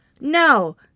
No